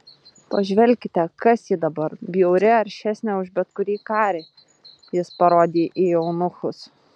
pažvelkite kas ji dabar bjauri aršesnė už bet kurį karį jis parodė į eunuchus